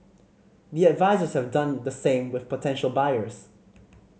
the advisers have done the same with potential buyers